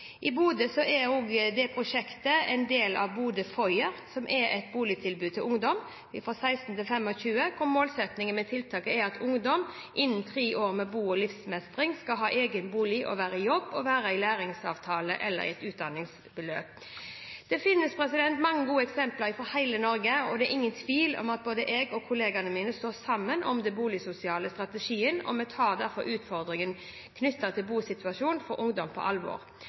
i eget nærmiljø. I Bodø er også prosjektet en del av Bodø Foyer, som er et boligtilbud til ungdom fra 16 til 25 år, hvor målsettingen med tiltaket er at ungdom innen tre år med bo- og livsmestring skal ha egen bolig og være i jobb, være i lærlingavtale eller i et utdanningsløp. Det finnes mange gode eksempler fra hele Norge, og det er ingen tvil om at både jeg og kollegaene mine står sammen om den boligsosiale strategien, og vi tar derfor utfordringer knyttet til bosituasjonen for ungdom på alvor.